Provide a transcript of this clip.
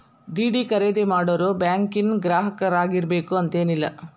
DD ಖರೇದಿ ಮಾಡೋರು ಬ್ಯಾಂಕಿನ್ ಗ್ರಾಹಕರಾಗಿರ್ಬೇಕು ಅಂತೇನಿಲ್ಲ